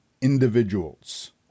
individuals